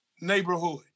neighborhood